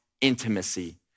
intimacy